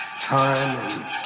time